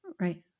Right